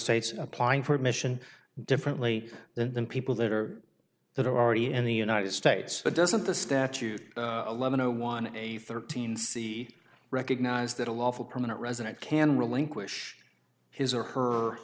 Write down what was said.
states applying for admission differently than people that are that are already in the united states but doesn't the statute eleven zero one eight thirteen see recognize that a lawful permanent resident can relinquish his or her